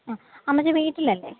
ആ അമ്മച്ചി വീട്ടിൽ അല്ലേ